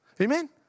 Amen